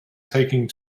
taking